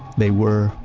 they were,